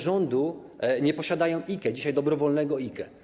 rządu nie posiadają IKE, dzisiaj dobrowolnego IKE.